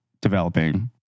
developing